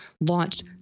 launched